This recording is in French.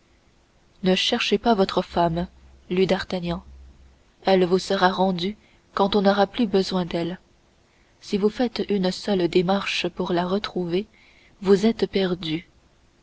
ne cherchez pas votre femme lut d'artagnan elle vous sera rendue quand on n'aura plus besoin d'elle si vous faites une seule démarche pour la retrouver vous êtes perdu